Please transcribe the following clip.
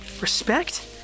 Respect